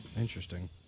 Interesting